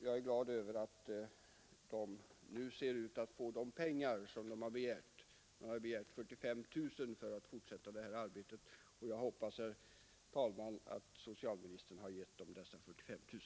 Jag är glad över att det nu ser ut som om gruppen skall få de 45 000 kronor som den har begärt för att kunna fortsätta det här arbetet, och jag hoppas att socialministern har givit dem denna summa.